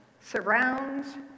surrounds